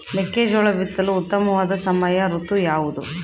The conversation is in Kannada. ಮೆಕ್ಕೆಜೋಳ ಬಿತ್ತಲು ಉತ್ತಮವಾದ ಸಮಯ ಋತು ಯಾವುದು?